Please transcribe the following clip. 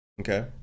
Okay